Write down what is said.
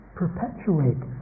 perpetuate